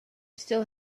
still